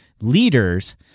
leaders